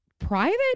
private